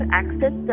access